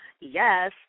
Yes